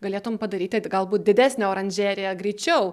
galėtum padaryti galbūt didesnę oranžeriją greičiau